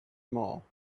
more